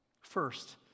First